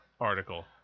article